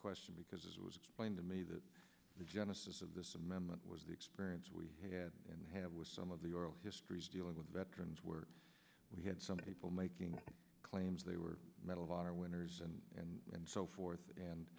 question because it was plain to me that the genesis of this amendment was the experience we had and have with some of the oral histories dealing with veterans where we had some people making claims they were medal of honor winners and and so forth and